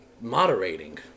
moderating